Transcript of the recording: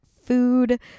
food